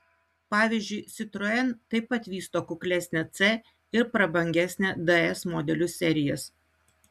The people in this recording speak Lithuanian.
pavyzdžiui citroen taip pat vysto kuklesnę c ir prabangesnę ds modelių serijas